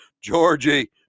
Georgie